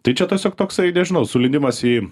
tai čia tiesiog toksai nežinau sulindimas į